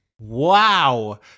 Wow